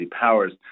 powers